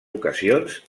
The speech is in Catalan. ocasions